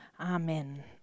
Amen